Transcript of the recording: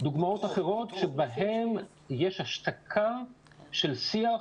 דוגמאות אחרות שבהן יש השתקה של שיח,